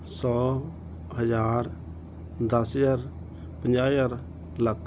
ਸੌ ਹਜ਼ਾਰ ਦਸ ਹਜ਼ਾਰ ਪੰਜਾਹ ਹਜ਼ਾਰ ਲੱਖ